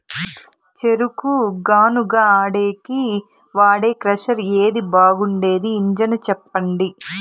చెరుకు గానుగ ఆడేకి వాడే క్రషర్ ఏది బాగుండేది ఇంజను చెప్పండి?